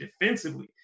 defensively